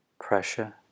pressure